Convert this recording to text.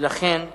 ולכן,